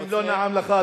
גם אם לא נעם לך,